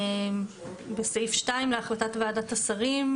בסעיף 2 להחלטת ועדת השרים,